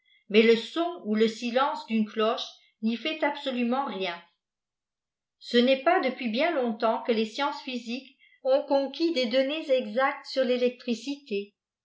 mais le sonthi le silence d'une cloche n y fait absolument rien ce n'est pas depuis bien longtemps que les sciences physiques ont conquis des données exactes sur lélectricité